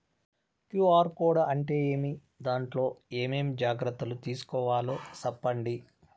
QR code అంటే ఏమి? దాంట్లో ఏ ఏమేమి జాగ్రత్తలు తీసుకోవాలో సెప్పండి?